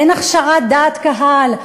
אין הכשרת דעת קהל,